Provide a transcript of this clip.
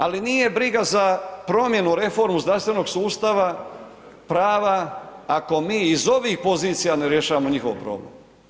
Ali nije ih briga za promjenu, reformu zdravstvenog sustava, prava ako mi iz ovih pozicija ne rješavamo njihov problem.